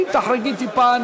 ואם תחרגי טיפה,